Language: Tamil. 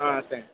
ஆ தேங்க்யூ